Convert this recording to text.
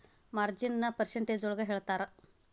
ಮಾರ್ಜಿನ್ನ percentage ಒಳಗ ಹೇಳ್ತರ